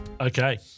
Okay